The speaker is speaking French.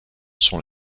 sont